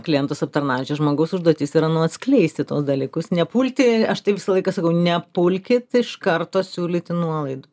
klientus aptarnaujančio žmogaus užduotis yra nu atskleisti tuos dalykus nepulti aš tai visą laiką sakau nepulkit iš karto siūlyti nuolaidų